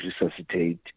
resuscitate